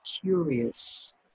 curious